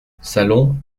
salon